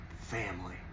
family